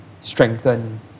strengthen